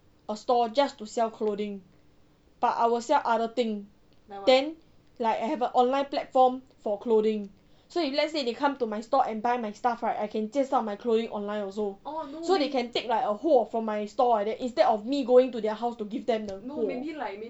a stall just to sell clothing but I will sell other thing then like have a online platform for clothing so if let's say they come to my store and buy my stuff right I can 介绍 my clothing online also so they can take like a 货 for my store like that instead of me going to their house to give them the 货